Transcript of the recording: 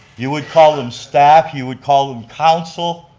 you would call them staff, you would call them council,